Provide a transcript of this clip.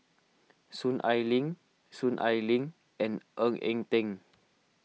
Soon Ai Ling Soon Ai Ling and Ng Eng Teng